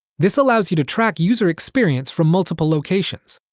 this allows you to track user experience from multiple locations.